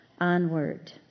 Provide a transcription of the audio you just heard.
onward